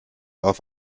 auf